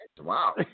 Wow